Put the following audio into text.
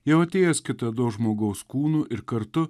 jau atėjęs kitados žmogaus kūnu ir kartu